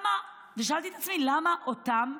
שאלתי את עצמי למה אותם